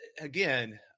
again